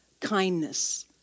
kindness